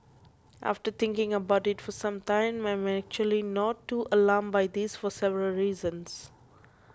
after thinking about it for some time I am actually not too alarmed by this for several reasons